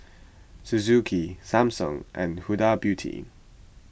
Suzuki Samsung and Huda Beauty